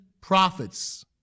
prophets